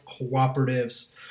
cooperatives